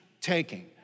taking